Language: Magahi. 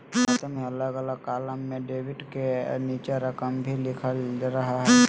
खाते में अलग अलग कालम में डेबिट के नीचे रकम भी लिखल रहा हइ